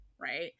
right